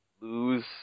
lose